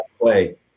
play